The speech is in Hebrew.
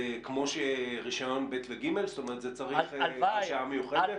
זה כמו רישיון ב' ו-ג' או שצריך הרשאה מיוחדת?